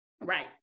right